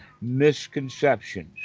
misconceptions